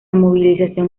movilización